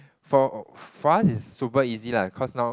for for us is super easy lah cause now